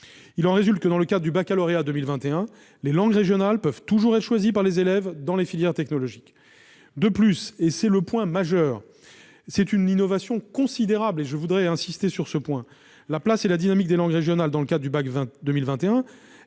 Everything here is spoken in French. Il en résulte que, dans le cadre du Bac 2021, les langues régionales peuvent toujours être choisies par les élèves dans les filières technologiques. De plus, et c'est un point majeur sur lequel je veux insister, la place et la dynamique des langues régionales dans le cadre du Bac 2021